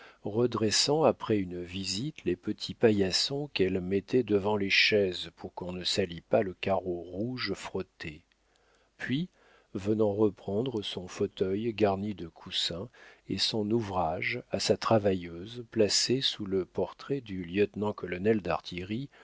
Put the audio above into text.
redressant après une visite les petits paillassons qu'elle mettait devant les chaises pour qu'on ne salît pas le carreau rouge frotté puis venant reprendre son fauteuil garni de coussins et son ouvrage à sa travailleuse placée sous le portrait du lieutenant-colonel d'artillerie